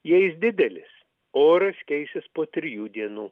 jei jis didelis oras keisis po trijų dienų